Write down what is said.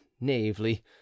naively